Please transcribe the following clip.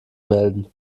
melden